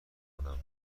کنم